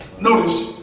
Notice